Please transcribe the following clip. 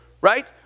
Right